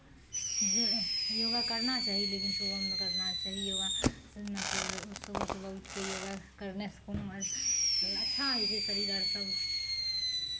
य योगा करना चाही लेकिन सुबहमे करना चाहिए योगा मतलब सुबह सुबह उठि कऽ योगा करनेसँ कोनो अच्छा होइ छै शरीर अर सभ